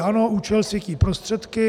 Ano, účel světí prostředky.